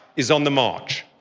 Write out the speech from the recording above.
is on the march.